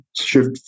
shift